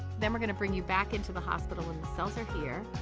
then we're gonna bring you back into the hospital when the cells are here,